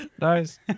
Nice